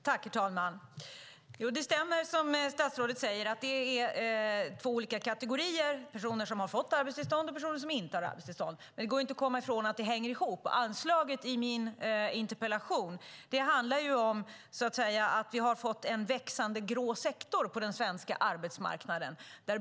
Herr talman! Det stämmer som statsrådet säger att det är två olika kategorier - personer som har fått arbetstillstånd och personer som inte har arbetstillstånd. Det går inte att komma ifrån att det hänger ihop. Anslaget i min interpellation är att vi har fått en växande grå sektor på den svenska arbetsmarknaden.